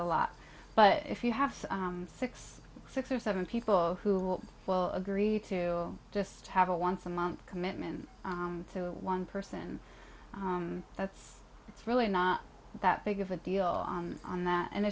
a lot but if you have six six or seven people who will agree to just have a once a month commitment to one person that's it's really not that big of a deal on that and